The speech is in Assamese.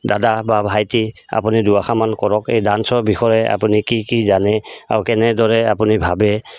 দাদা বা ভাইটি আপুনি দুআষাৰমান কওক এই ডান্সৰ বিষয়ে আপুনি কি কি জানে আৰু কেনেদৰে আপুনি ভাবে